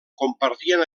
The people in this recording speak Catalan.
compartien